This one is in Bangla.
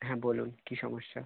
হ্যাঁ বলুন কী সমস্যা